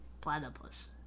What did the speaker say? platypus